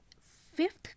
Fifth